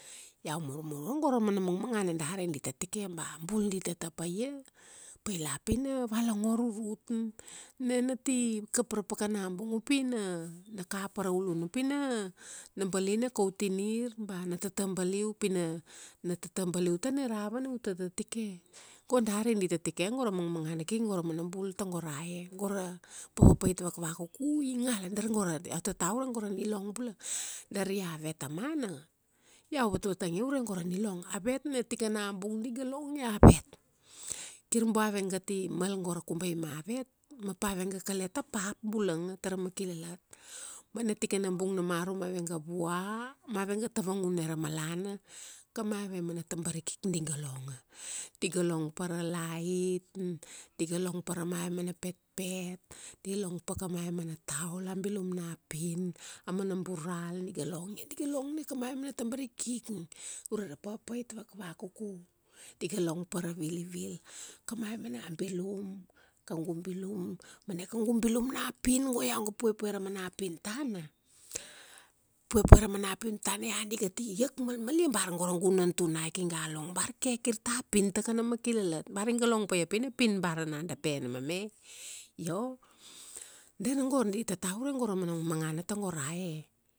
Iau murmuru go ra mangmangana dari ba a bul di tata pa ia, pai la pi na valongor rurut. Na na ti kap ra pakana bung pi na, na kapa ra uluna pina, na bali na kaum tinir, ba na tata baliu, pina na tata baliu tana ra ava na u tatatike. Go dari di tatike go ra mangmangana kai go ra mana bul tago ra e. Go ra, papapait vakvakuku i ngala dar go ra, iau tata ure go ra nilong bula. Dari avet tamana, i iau vatvatangia ure go ra nilong. Avet na tikana bung di ga long iavet. Kir bo avegati mal go ra kubai mavet, ma pave ga kale ta pap bulanga tara makilalat. Ma na tikana bung na marum avega vua, mave ga tavangun na ra malana, kamave mana tabarik di ga long ia. Di ga long pa ra light, di ga long pa ra mave mana petpet, di long pa kamave mana taul, a bilum na pin, a mana bural diga long ia. Diga long na kamave mana tabarikik. Ure ra papait vakvakuku. Diga long pa ra vilivil, kamave mana bilum, kaugu bilum. Ma na kaugu bilum na pin, go iau ga puapue ra mana pin tana, puapue ra mana pin tana ia di ga ti iak malmal ia. Bar go ra gunantunaik iga long bar ke kir ta pin ta kana makilalat. Bar iga long paia pina pin bar ana adepen mame? Io, dargo di tata ure go ra mana mangmangana tago ra e.